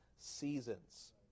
seasons